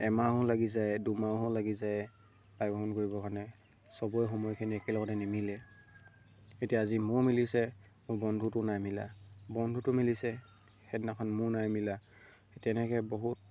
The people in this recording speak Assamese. এমাহো লাগি যায় দুমাহো লাগি যায় চবেই সময়খিনি একেলগতে নিমিলে এতিয়া আজি মোৰ মিলিছে মোৰ বন্ধুটোৰ নাই মিলা বন্ধুটোৰ মিলিছে সেইদিনাখন মোৰ নাই মিলা সেই তেনেকৈ বহুত